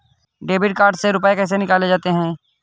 Debit card से रुपये कैसे निकाले जाते हैं?